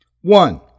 One